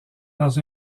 dans